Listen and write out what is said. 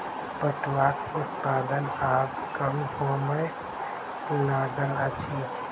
पटुआक उत्पादन आब कम होमय लागल अछि